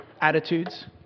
attitudes